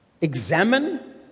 Examine